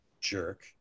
jerk